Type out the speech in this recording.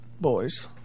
Boys